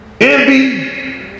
Envy